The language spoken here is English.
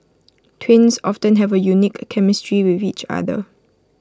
twins often have A unique chemistry with each other